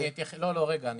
לא, אתם